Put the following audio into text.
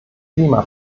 klima